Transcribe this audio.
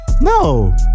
No